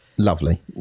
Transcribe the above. Lovely